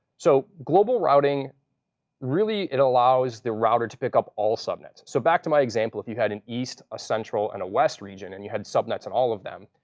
so global routing really, it allows the router to pick up all subnets. so back to my example, if you had an east, a central, and a west region, and you had subnets on and all of them,